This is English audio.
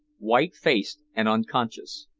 white-faced and unconscious.